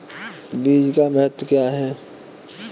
बीज का महत्व क्या है?